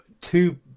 two